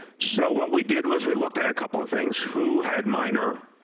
so what we did was we looked at a couple of things. who had minor